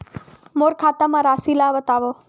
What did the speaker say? मोर खाता म राशि ल बताओ?